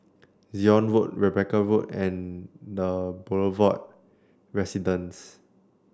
Zion Road Rebecca Road and The Boulevard Residence